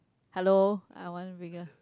hello I want bigger